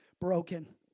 broken